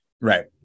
Right